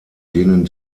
denen